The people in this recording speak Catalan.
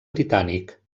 britànic